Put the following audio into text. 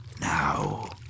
now